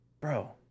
Bro